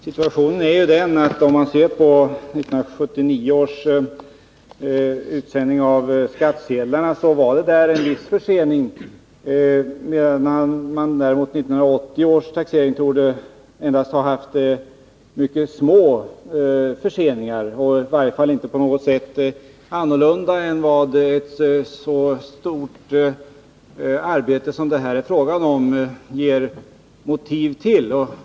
Om man ser på 1979 års utsändning av skattsedlarna, så finner man att det var en viss försening, medan det däremot vid 1980 års taxering torde ha förekommit endast mycket små förseningar, eller att det i varje fall inte på något sätt varit annorlunda än vad ett så stort arbete som det här är fråga om kan motivera.